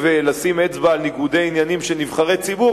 לשים אצבע על ניגודי עניינים של נבחרי ציבור,